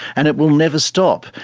and it will never stop,